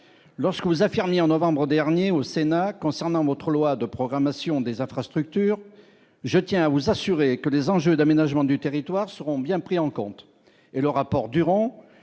lorsque vous affirmez en novembre dernier au Sénat concernant votre loi de programmation des infrastructures, je tiens à vous assurer que les enjeux d'aménagement du territoire seront bien pris en compte et le rapport Duron